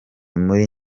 muri